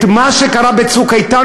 מה שקרה ב"צוק איתן",